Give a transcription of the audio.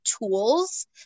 tools